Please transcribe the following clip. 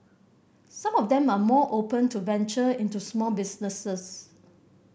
some of them are more open to venture into small businesses